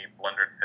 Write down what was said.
blundered